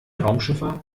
raumschiffe